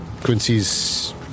Quincy's